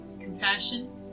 Compassion